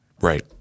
Right